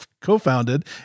co-founded